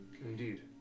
Indeed